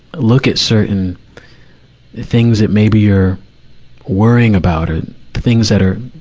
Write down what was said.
look at certain things that maybe you're worrying about or the things that are,